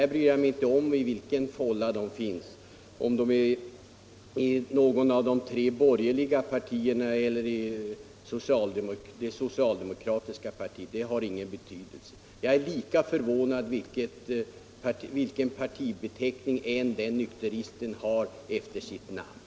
Jag bryr mig inte om i vilken fålla de finns; om de kommer från något av de tre borgerliga partierna eller från det socialdemokratiska partiet har ingen betydelse. Jag är lika förvånad vilken partibeteckning den nykteristen än har efter sitt namn.